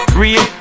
real